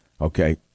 okay